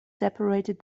separated